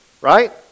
Right